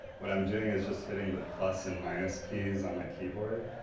what i'm doing is just hitting the plus and minus keys on my keyboard,